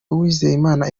uwizeyimana